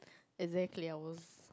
exactly I was